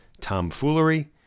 tomfoolery